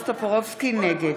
נגד